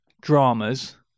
dramas